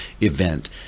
event